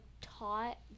taught